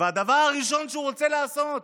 והדבר הראשון שהוא רוצה לעשות,